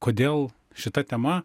kodėl šita tema